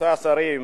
רבותי השרים,